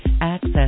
Access